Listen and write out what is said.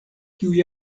kiuj